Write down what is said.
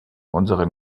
unseren